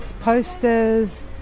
posters